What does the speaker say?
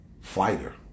fighter